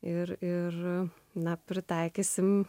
ir ir na pritaikysime